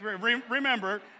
Remember